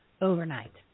overnight